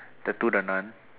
tattoo the none